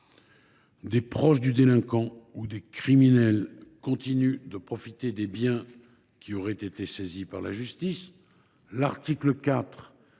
des proches du délinquant ou du criminel continuent de profiter des biens qui auraient été saisis par la justice.